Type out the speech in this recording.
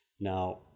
Now